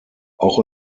auch